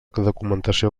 documentació